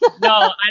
No